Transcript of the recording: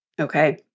Okay